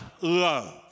love